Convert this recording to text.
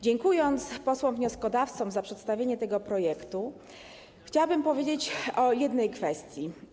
Dziękując posłom wnioskodawcom za przedstawienie tego projektu, chciałabym powiedzieć o jednej kwestii.